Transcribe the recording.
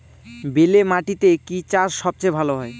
বেলে মাটিতে কি চাষ সবচেয়ে ভালো হয়?